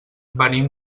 venim